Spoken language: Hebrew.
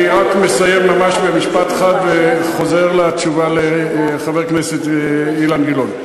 אני רק מסיים ממש במשפט אחד וחוזר לתשובה לחבר הכנסת אילן גילאון: